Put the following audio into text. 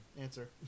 Answer